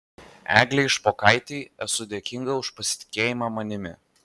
eglei špokaitei esu dėkinga už pasitikėjimą manimi